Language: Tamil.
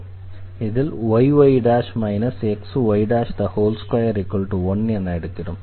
இதில் yy xy21 என எடுக்கிறோம்